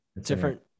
different